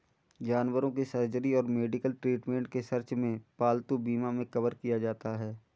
जानवरों की सर्जरी और मेडिकल ट्रीटमेंट के सर्च में पालतू बीमा मे कवर किया जाता है